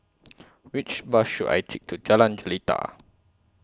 Which Bus should I Take to Jalan Jelita